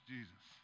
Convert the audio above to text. Jesus